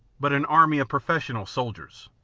but an army of professional soldiers.